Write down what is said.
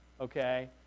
okay